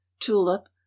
tulip